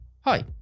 Hi